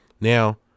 Now